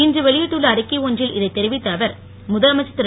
இன்று வெளியிட்டுள்ள அறிக்கை ஒன்றில் இதைத் தெரிவித்த அவர் முதலமைச்சர் திரு